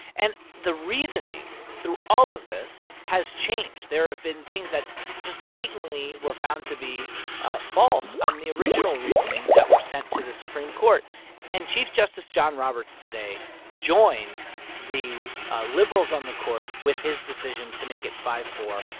and the reasoning through all of this has changed. there have been things that just blatantly were found to be false on the original reasoning that were sent to the supreme court and chief justice john roberts today joined the ah liberals on the court with his decision to make it five four.